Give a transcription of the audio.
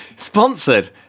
Sponsored